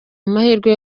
amahirwe